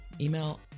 email